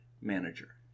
manager